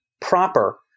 proper